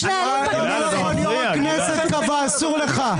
יו"ר הכנסת קבע, אסור לך.